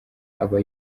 aba